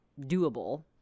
doable